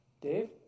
Dave